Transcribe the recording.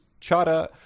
Chada